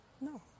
no